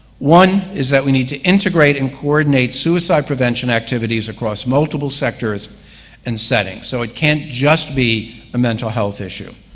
one is that we need to integrate and coordinate suicide prevention activities across multiple sectors and settings. so, it can't just be a mental health issue.